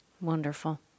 Wonderful